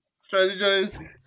Strategize